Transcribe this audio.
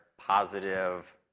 positive